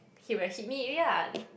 he would have hit me already lah